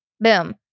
Boom